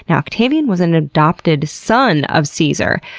and octavian was an adopted son of caesar.